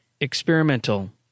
Experimental